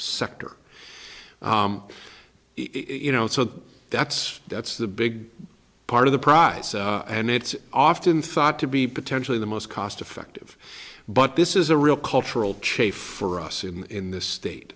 sector you know so that's that's the big part of the prize and it's often thought to be potentially the most cost effective but this is a real cultural chief for us in this state